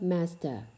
Master